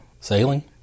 sailing